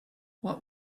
what